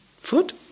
Foot